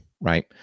Right